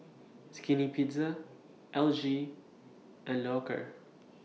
Skinny Pizza L G and Loacker